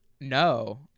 No